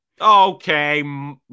Okay